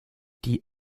die